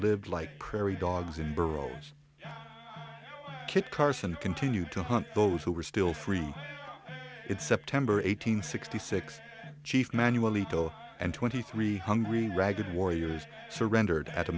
lived like prairie dogs in burrell's kit carson continued to hunt those who were still free it's september eighteenth sixty six chief manually and twenty three hungry ragged warriors surrendered at a